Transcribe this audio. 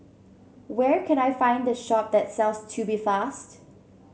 where can I find the shop that sells Tubifast